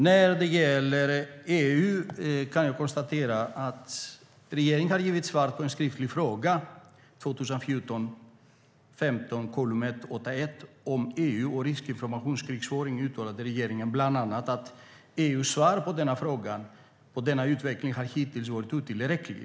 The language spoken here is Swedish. När det gäller EU kan jag konstatera att regeringen i sitt svar på en skriftlig fråga, 2014/15:181 om EU och rysk informationskrigföring, bland annat uttalade följande: "EU:s svar på denna utveckling har hittills varit otillräckligt.